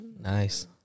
Nice